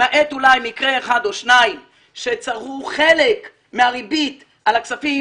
למעט מקרה אחד או שניים שבהם צברו חלק מהריבית על הכספים